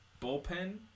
bullpen